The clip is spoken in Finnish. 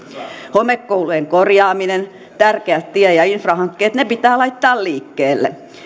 homekoulujen korjaaminen tärkeät tie ja infrahankkeet pitää laittaa liikkeelle